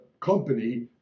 company